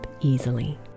easily